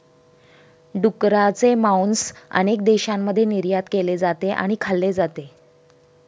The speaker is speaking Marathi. डुकराचे मांस अनेक देशांमध्ये निर्यात केले जाते आणि खाल्ले जाते